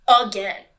again